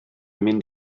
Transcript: mynd